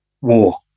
war